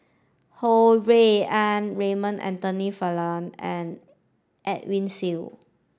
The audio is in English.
Ho Rui An Raymond Anthony Fernando and Edwin Siew